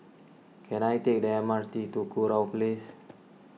can I take the M R T to Kurau Place